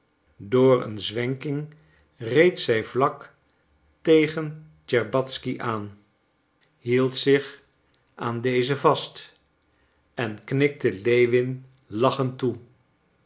door een zwenking reed zij vlak tegen tscherbatzky aan hield zich aan dezen vast en knikte lewin lachend toe